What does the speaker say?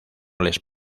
les